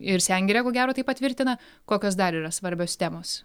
ir sengirė ko gero tai patvirtina kokios dar yra svarbios temos